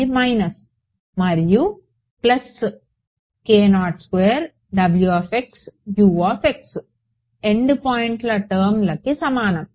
ఇది మైనస్ మరియు plus end పాయింట్స్ల టర్మ్కి సమానం